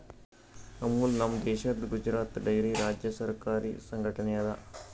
ಅಮುಲ್ ನಮ್ ದೇಶದ್ ಗುಜರಾತ್ ಡೈರಿ ರಾಜ್ಯ ಸರಕಾರಿ ಸಂಘಟನೆ ಅದಾ